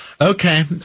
Okay